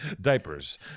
Diapers